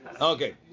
Okay